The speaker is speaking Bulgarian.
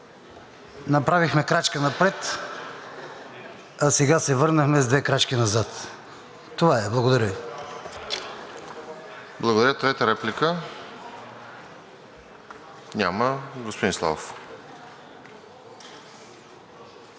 Направихме крачка напред, а сега се върнахме с две крачки назад. Това е. Благодаря Ви. Трета реплика? Няма. Господин Славов. АТАНАС